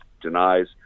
denies